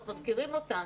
מפקירים אותם.